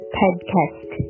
podcast